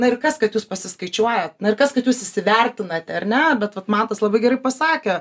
na ir kas kad jūs pasiskaičiuojat ir kas kad jūs įsivertinate ar ne bet vat mantas labai gerai pasakė